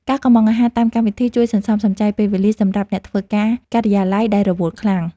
ការកុម្ម៉ង់អាហារតាមកម្មវិធីជួយសន្សំសំចៃពេលវេលាសម្រាប់អ្នកធ្វើការការិយាល័យដែលរវល់ខ្លាំង។